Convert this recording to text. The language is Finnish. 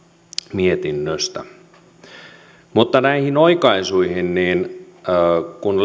mietinnöstä mutta näihin oikaisuihin kun